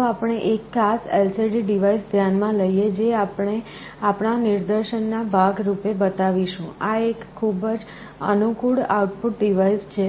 ચાલો આપણે એક ખાસ LCD ડિવાઇસ ધ્યાન માં લઈએ જે આપણે આપણા નિદર્શનના ભાગ રૂપે બતાવીશું આ એક ખૂબ અનુકૂળ આઉટપુટ ડિવાઇસ છે